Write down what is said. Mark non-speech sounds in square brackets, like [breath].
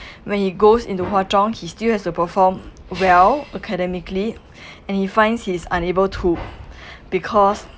when he goes into hwa chong he still has to perform well academically and he finds he's unable to [breath] because